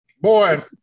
Boy